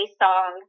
song